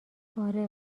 آره